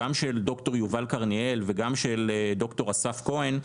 גם של ד"ר יובל קרניאל וגם של ד"ר אסף כהן,